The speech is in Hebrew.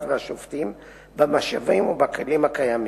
והשופטים במשאבים ובכלים הקיימים.